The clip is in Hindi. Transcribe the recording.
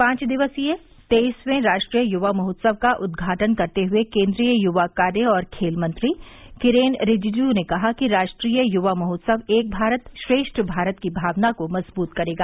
पांच दिवसीय तेईसवें राष्ट्रीय यवा महोत्सव का उदघाटन करते हए केन्द्रीय यवा कार्य और खेल मंत्री किरेन रिजिजू ने कहा कि राष्ट्रीय युवा महोत्सव एक भारत श्रेष्ठ भारत की भावना को मजबूत करेगा